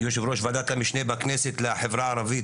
יושב-ראש ועדת המשנה בכנסת לחברה